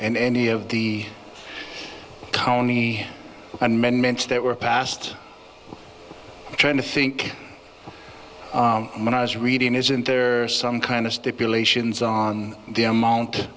and any of the county amendments that were passed trying to think when i was reading isn't there some kind of stipulations on the amount